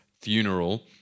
funeral